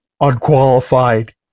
unqualified